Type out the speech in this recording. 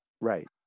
Right